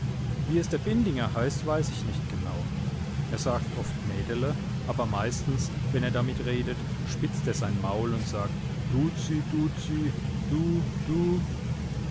wie es der bindinger heißt weiß ich nicht genau er sagt oft mädele aber meistens wenn er damit redet spitzt er sein maul und sagt duzi duzi du du